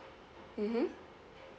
mmhmm